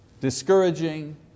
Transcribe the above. discouraging